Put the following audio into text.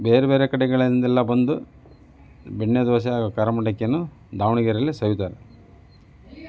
ಬೇರೆಬೇರೆ ಕಡೆಗಳಿಂದೆಲ್ಲ ಬಂದು ಬೆಣ್ಣೆದೋಸೆ ಹಾಗೂ ಕಾರ ಮಂಡಕ್ಕಿಯನ್ನು ದಾವಣಗೆರೆಯಲ್ಲಿ ಸವಿತಾರೆ